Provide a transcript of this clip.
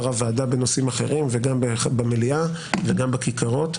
הוועדה בנושאים אחרים וגם במליאה וגם בכיכרות.